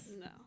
No